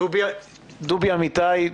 דובי אמיתי,